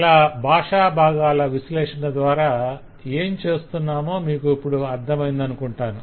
ఇలా భాషాభాగాల విశ్లేషణ ద్వారా ఏం చేస్తున్నామో మీకు ఇప్పుడు అర్ధమైందనుకుంటాను